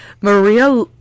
Maria